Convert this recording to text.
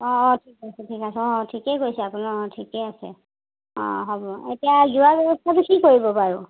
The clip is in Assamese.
অঁ অঁ ঠিক আছে ঠিক আছে অঁঁ ঠিকে কৈছে আপোনাৰ অঁ ঠিকে আছে অঁ হ'ব এতিয়া যোৱাৰ ব্যৱস্থাটো কি কৰিব বাৰু